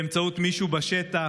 באמצעות מישהו בשטח,